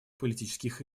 политических